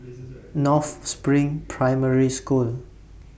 North SPRING Primary School